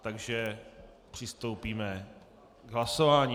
Takže přistoupíme k hlasování.